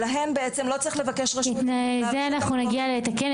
שלהן לא צריך לבקש רשות --- אנחנו נגיע לתיקון,